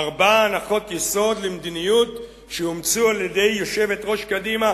ארבע הנחות יסוד למדיניות שאומצו על-ידי יושבת-ראש קדימה,